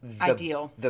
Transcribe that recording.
Ideal